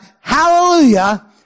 Hallelujah